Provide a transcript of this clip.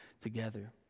together